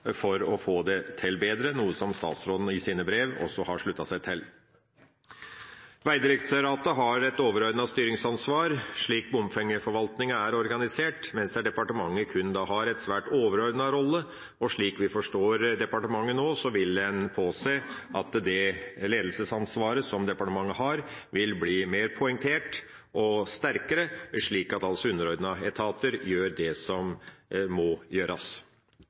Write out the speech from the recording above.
for å få det til bedre, noe statsråden i sine brev også har sluttet seg til. Slik bompengeforvaltninga er organisert, har Vegdirektoratet et overordnet styringsansvar, mens departementet kun har en svært overordnet rolle. Slik vi forstår departementet nå, vil en påse at det ledelsesansvaret som departementet har, vil bli mer poengtert og sterkere, slik at underordnede etater altså gjør det som må gjøres.